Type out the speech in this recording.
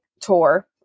tour